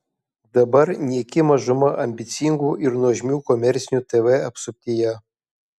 dabar nyki mažuma ambicingų ir nuožmių komercinių tv apsuptyje